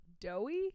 Doughy